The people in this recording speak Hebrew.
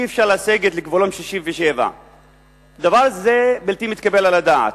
אי-אפשר לסגת לגבולות 67'. דבר זה בלתי מתקבל על הדעת.